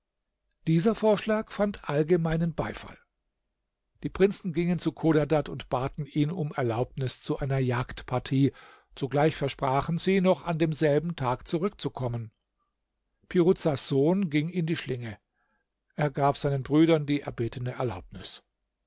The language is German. dieser vorschlag fand allgemeinen beifall die prinzen gingen zu chodadad und baten ihn um erlaubnis zu einer jagdpartie zugleich versprachen sie noch an demselben tag zurückzukommen piruzas sohn ging in die schlinge er gab seinen brüdern die erbetene erlaubnis